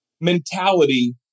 mentality